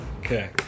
Okay